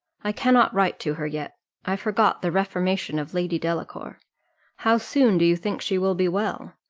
i cannot write to her yet i forgot the reformation of lady delacour how soon do you think she will be well?